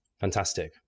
fantastic